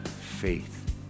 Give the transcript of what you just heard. faith